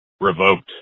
revoked